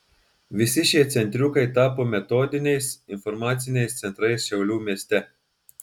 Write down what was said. visi šie centriukai tapo metodiniais informaciniais centrais šiaulių mieste